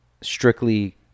strictly